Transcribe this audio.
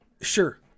sure